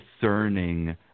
discerning